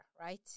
right